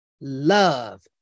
love